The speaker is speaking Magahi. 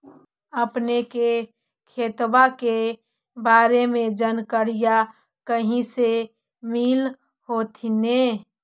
अपने के खेतबा के बारे मे जनकरीया कही से मिल होथिं न?